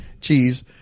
cheese